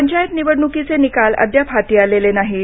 पंचायत निवडणुकीचे निकाल अद्याप हाती आलेले नाहीत